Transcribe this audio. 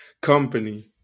company